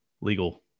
legal